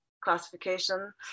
classification